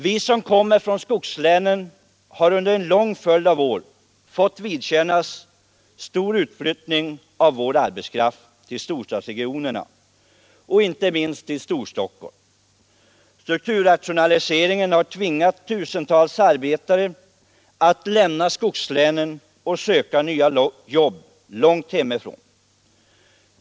Vi som bor i skogslänen har under en lång följd av år fått vidkännas stor utflyttning av arbetskraft till storstadsregionerna och inte minst till Storstockholm. Strukturrationaliseringen har tvingat tusentals arbetare att lämna skogslänen och söka nya jobb långt hemifrån.